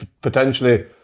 potentially